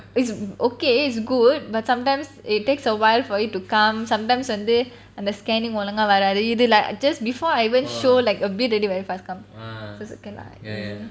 is okay is good but sometimes it takes a while for it to come sometimes வந்து அந்த:vanthu antha scanning ஒழுங்கா வராது இதுல:ozhunga varathu idhula just before I even show like a bit already very fast come so is okay lah